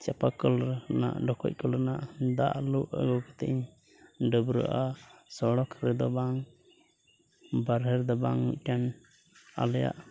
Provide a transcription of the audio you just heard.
ᱫᱟᱜ ᱞᱩ ᱟᱹᱜᱩ ᱠᱟᱛᱮᱫ ᱤᱧ ᱰᱟᱹᱵᱽᱨᱟᱹᱜᱼᱟ ᱥᱚᱲᱚᱠ ᱨᱮᱫᱚ ᱵᱟᱝ ᱵᱟᱦᱨᱮ ᱨᱮᱫᱚ ᱵᱟᱝ ᱢᱤᱫ ᱴᱷᱮᱱ ᱟᱞᱮᱭᱟᱜ